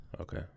Okay